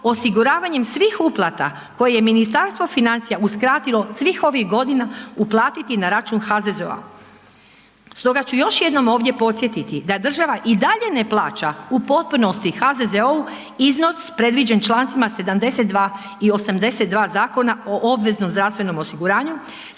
osiguravanjem svih uplata koje je Ministarstvo financija uskratilo svih ovih godina uplatiti na račun HZZO-a. Stoga ću još jednom ovdje podsjetiti da država i dalje ne plaća u potpunosti HZZO-u iznos predviđen člancima 72. i 82. Zakona o obveznom zdravstvenom osiguranju